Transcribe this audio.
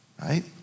right